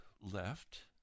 left